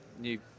new